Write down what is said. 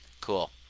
Cool